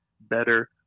better